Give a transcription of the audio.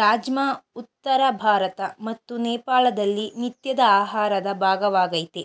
ರಾಜ್ಮಾ ಉತ್ತರ ಭಾರತ ಮತ್ತು ನೇಪಾಳದಲ್ಲಿ ನಿತ್ಯದ ಆಹಾರದ ಭಾಗವಾಗಯ್ತೆ